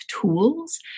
tools